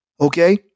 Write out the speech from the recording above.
okay